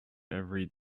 every